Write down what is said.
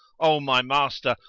o my master,